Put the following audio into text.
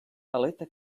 aleta